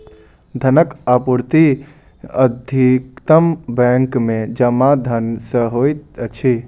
धनक आपूर्ति अधिकतम बैंक में जमा धन सॅ होइत अछि